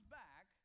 back